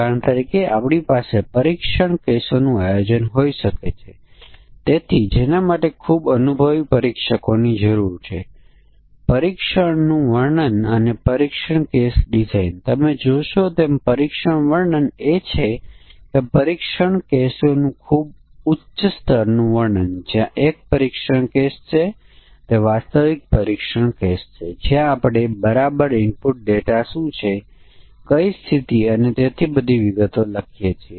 ઉદાહરણ તરીકે જો આપણી પાસે રેન્જ 3 થી 10 ની પૂર્ણાંક કિંમતો 3 વચ્ચેની સમાનતા છે તે આ શ્રેણી દ્વારા સૂચિત સમકક્ષ વર્ગ છે તો પછી આપણે 3 નો સમાવેશ કરવો પડશે આપણે 10 નો સમાવેશ કરવો પડશે જે છે આ સમકક્ષ વર્ગની સીમાઓ છે